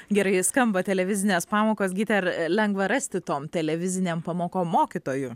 gerai skamba televizinės pamokos gyti ar lengva rasti tom televizinėm pamokom mokytojų